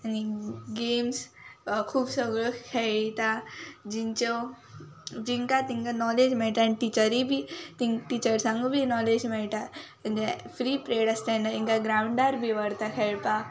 आनी गॅम्स खूब सगळ्यो खेळयता जिंच्यो जिंकां तेंकां नॉलेज मेळटा आनी टिचरीय बीन टिचर्सांकूय बी नॉलेज मेळटा फ्री पिरियड आसता तेन्ना तेंकां ग्रावंडार बी व्हरता खेळपाक